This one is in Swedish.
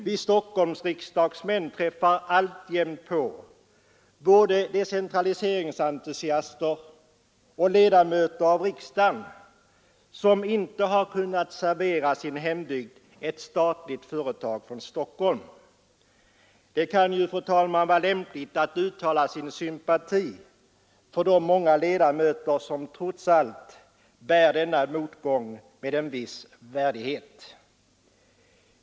Vi Stockholmsriksdagsmän träffar alltjämt på både decentraliseringsentusiaster och ledamöter av riksdagen som inte har kunnat servera sin hembygd ett statligt företag, utlokaliserat från Stockholm. Det kan, fru talman, vara lämpligt att uttala sin sympati för de många ledamöter som trots allt bär denna motgång med en viss värdighet.